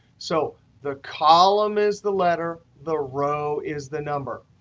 so the column is the letter. the row is the number.